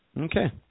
Okay